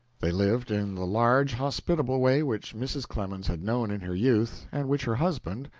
they lived in the large, hospitable way which mrs. clemens had known in her youth, and which her husband,